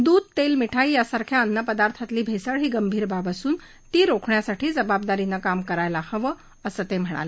दूध तेल मिठाई यासारख्या अन्न पदार्थांतली भेसळ ही गंभीर बाब असून ती रोखण्यासाठी जबाबदारीने काम करायला हवं असं ते म्हणाले